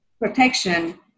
protection